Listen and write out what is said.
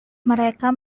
mereka